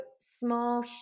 small